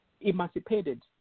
emancipated